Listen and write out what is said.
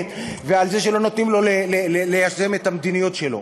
ועל זה שלא נותנים לו ליישם את המדיניות שלו.